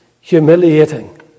humiliating